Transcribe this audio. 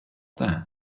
that